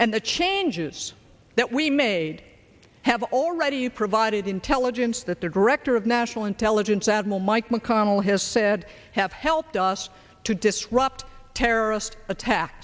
and the changes that we made have already provided intelligence that there director of national intelligence admiral mike mcconnell has said have helped us to disrupt terrorist attack